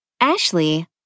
Ashley